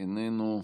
איננו.